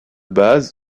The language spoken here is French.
base